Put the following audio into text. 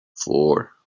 four